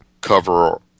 cover